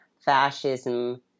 fascism